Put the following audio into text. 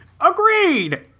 Agreed